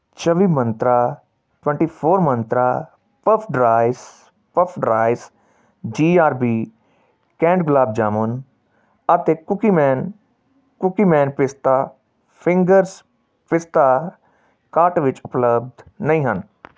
ਚੌਵੀਂ ਮੰਤਰਾਂ twenty four ਮੰਤਰਾਂ puffed rice puffed rice G R B canned gulab jamun ਅਤੇ Cookieman Cookieman pista fingers pista cart ਵਿੱਚ ਉਪਲੱਬਧ ਨਹੀਂ ਹਨ